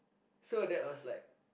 so that was like